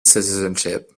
citizenship